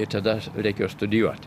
ir tada reikėjo studijuot